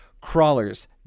Crawlers